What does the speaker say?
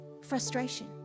frustration